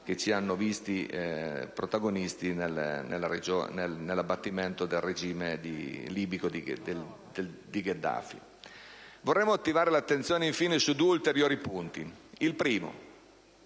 che ci hanno visto protagonisti nell'abbattimento del regime libico di Gheddafi. Vorrei attirare infine l'attenzione su due ulteriori punti. Il primo